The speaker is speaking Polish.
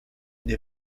nie